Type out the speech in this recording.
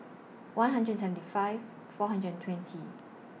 one hundred and seventy five four hundred and twenty